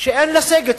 אין לסגת.